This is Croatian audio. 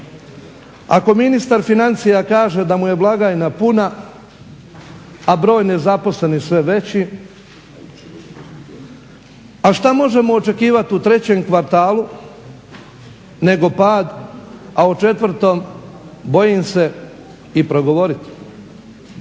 Ako ministar financija kaže da mu je blagajna puna, a broj nezaposlenih sve veći. A šta možemo očekivati u trećem kvartalu nego pad, a u četvrtom bojim se i progovoriti.